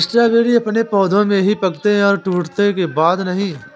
strawberry अपने पौधे में ही पकते है टूटने के बाद नहीं